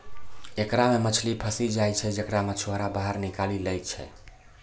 एकरा मे मछली फसी जाय छै जेकरा मछुआरा बाहर निकालि लै छै